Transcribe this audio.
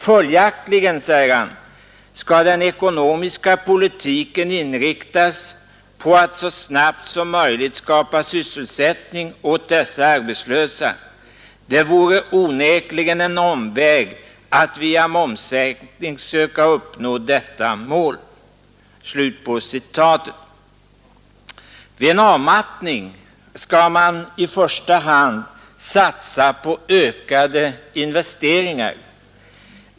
Följaktligen, säger han, skall den ekonomiska politiken inriktas på att så snabbt som möjligt skapa sysselsättning åt dessa arbetslösa. Det vore onekligen en omväg att via momssänkning söka uppnå detta mål. Vid en avmattning skall man i första hand satsa på ökade investeringar.